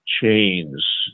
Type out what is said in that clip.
chains